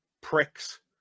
pricks